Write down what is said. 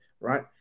right